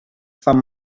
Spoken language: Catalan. fan